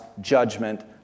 judgment